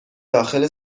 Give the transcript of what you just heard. داخل